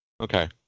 Okay